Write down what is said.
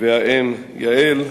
והאם יעל,